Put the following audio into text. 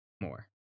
more